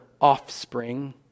offspring